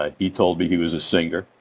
ah he told me he was a singer,